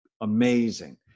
amazing